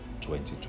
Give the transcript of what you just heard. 2020